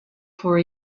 for